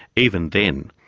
even then,